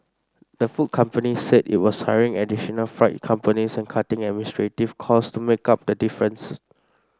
the food company said it was hiring additional freight companies and cutting administrative costs to make up the difference